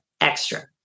extra